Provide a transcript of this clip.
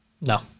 No